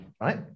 right